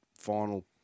final